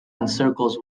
encircles